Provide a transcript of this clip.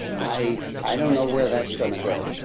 i i don't know where that's going to go.